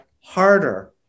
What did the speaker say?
harder